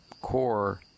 core